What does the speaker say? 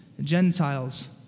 Gentiles